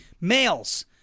Males